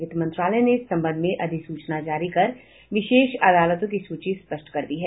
वित्त मंत्रालय ने इस संबंध में अधिसूचना जारी कर विशेष अदालतों की सूची स्पष्ट कर दी है